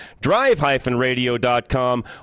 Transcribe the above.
drive-radio.com